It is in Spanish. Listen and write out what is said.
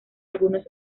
algunos